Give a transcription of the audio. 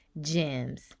gems